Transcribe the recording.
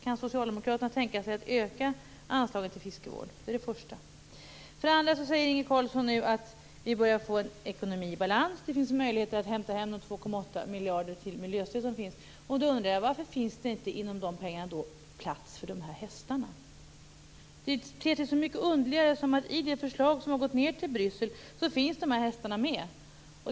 Kan Socialdemokraterna tänka sig att öka anslaget till fiskevård. Inge Carlsson säger att ekonomin är i balans. Det finns möjligheter att hämta hem 2,8 miljarder till miljöstöd. Varför finns det då inte utrymme för hästarna? I förslaget som har skickats till Bryssel finns hästarna med.